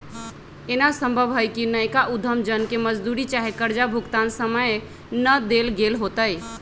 एना संभव हइ कि नयका उद्यम जन के मजदूरी चाहे कर्जा भुगतान समय न देल गेल होतइ